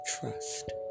trust